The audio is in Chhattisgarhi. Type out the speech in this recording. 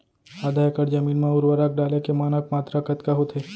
आधा एकड़ जमीन मा उर्वरक डाले के मानक मात्रा कतका होथे?